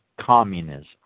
communism